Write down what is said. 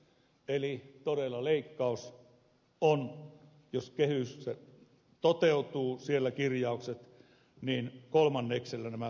eli jos kehys toteutuu siellä olevat kirjaukset niin kolmanneksella nämä vähenevät